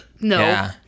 no